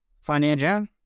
financial